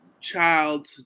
child